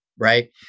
Right